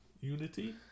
Unity